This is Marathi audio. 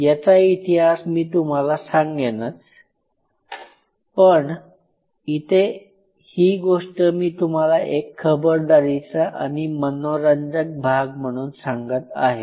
याचा इतिहास मी तुम्हाला सांगेनच पण इथे ही गोष्ट मी तुम्हाला एक खबरदारीचा आणि मनोरंजक भाग म्हणून सांगत आहे